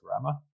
grammar